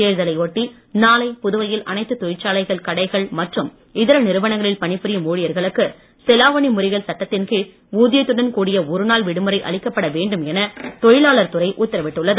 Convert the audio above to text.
தேர்தலை ஒட்டி நாளை புதுவையில் அனைத்து தொழிற்சாலைகள் கடைகள் மற்றும் இதர நிறுவனங்களில் பணிபுரியும் ஊழியர்களுக்கு செலாவணி முறிகள் சட்டத்தின் கீழ் ஊதியத்துடன் கூடிய ஒருநாள் விடுமுறை அளிக்கப்பட வேண்டும் என தொழிலாளர்துறை உத்தரவிட்டுள்ளது